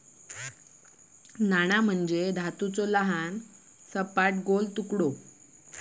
नाणो म्हणजे धातूचो लहान, सपाट, गोल तुकडो